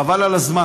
חבל על הזמן.